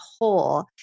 whole